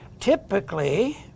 typically